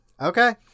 Okay